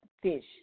fish